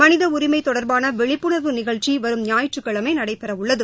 மனித உரிமை தொடர்பான விழிப்புணர்வு நிகழ்ச்சி வரும் ஞாயிற்றுக்கிழமை நடைபெறவுள்ளது